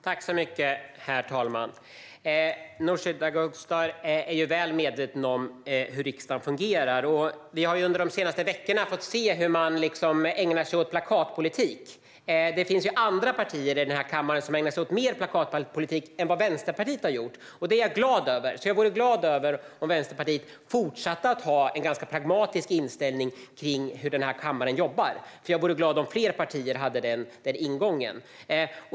Herr talman! Nooshi Dadgostar är väl medveten om hur riksdagen fungerar. Vi har under de senaste veckorna fått se hur man ägnar sig åt plakatpolitik. Det finns partier i denna kammare som ägnar sig mer åt plakatpolitik än vad Vänsterpartiet har gjort, så jag är glad om Vänsterpartiet fortsätter att ha en pragmatisk inställning till hur kammaren jobbar. Jag vore glad om fler partier hade den ingången.